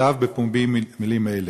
כתב בפומבי מילים אלה,